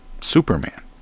Superman